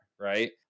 Right